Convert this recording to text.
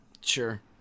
Sure